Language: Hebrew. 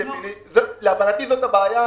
להבנתי זאת הבעיה.